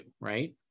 right